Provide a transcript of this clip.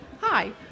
Hi